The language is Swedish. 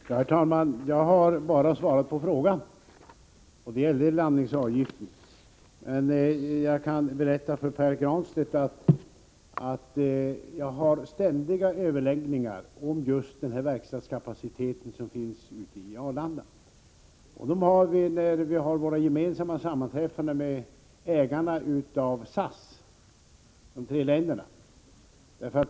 Herr talman! Jag har bara svarat på frågan, och den gällde landningsavgiften. Men jag kan berätta för Pär Granstedt att jag har ständiga överläggningar just om den verkstadskapacitet som finns ute på Arlanda. De hålls när ägarna av SAS, de tre länderna, har sina gemensamma sammanträffanden.